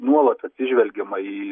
nuolat atsižvelgiama į